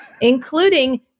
including